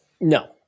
No